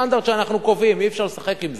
בסטנדרט שאנחנו קובעים, אי-אפשר לשחק עם זה,